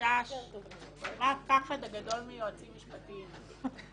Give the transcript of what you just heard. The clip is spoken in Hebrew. לכן הדבר הבסיסי ביותר הוא תפיסת המקצוענות,